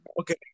okay